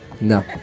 No